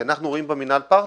כי אנחנו רואים במינהל פרטנר.